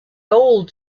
old